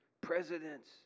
presidents